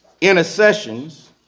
intercessions